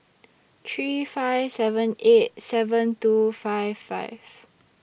three five seven eight seven two five five